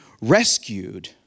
rescued